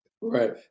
Right